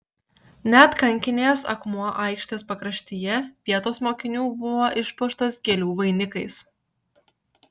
net kankinės akmuo aikštės pakraštyje vietos mokinių buvo išpuoštas gėlių vainikais